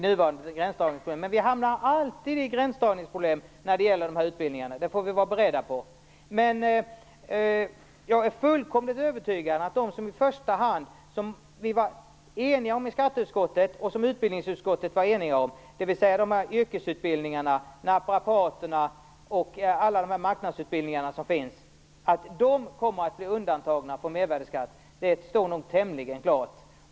Men vi hamnar alltid i gränsdragningsproblem när det gäller de här utbildningarna - det får vi vara beredda på. Jag är fullkomligt övertygad om att de utbildningar som ledamöterna i skatteutskottet och i utbildningsutskottet var eniga om i första hand skulle undantas från mervärdesskatt, dvs. yrkesutbildningarna till naprapat och alla de marknadsutbildningar som finns, kommer att bli undantagna från mervärdesskatt; det står nog tämligen klart.